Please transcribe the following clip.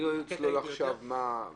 אני לא אצלול עכשיו לזה.